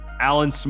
Alan